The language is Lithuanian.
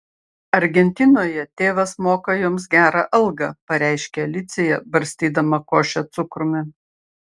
argentinoje tėvas moka joms gerą algą pareiškė alicija barstydama košę cukrumi